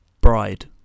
Bride